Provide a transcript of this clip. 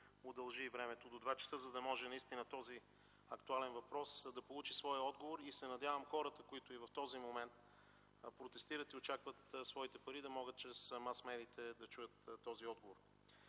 удължи времето след 14,00 ч., за да може този актуален въпрос да получи своя отговор. Надявам се хората, които и в този момент протестират и очакват своите пари, да могат чрез масмедиите да чуят този отговор.